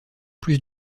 plus